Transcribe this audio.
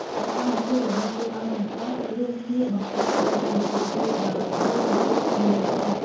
សកម្មភាពរបស់តួអង្គទាំងអស់រួមគ្នាបង្កើតបានជាទិដ្ឋភាពដ៏រស់រវើកនៅលើឆាក។